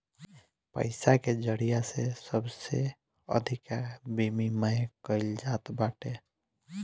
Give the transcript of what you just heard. पईसा के जरिया से सबसे अधिका विमिमय कईल जात बाटे